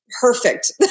Perfect